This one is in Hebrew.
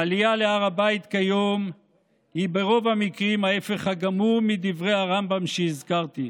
העלייה להר הבית כיום היא ברוב המקרים ההפך הגמור מדברי הרמב"ם שהזכרתי.